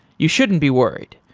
you shouldn't be worried.